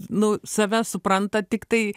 nu save supranta tiktai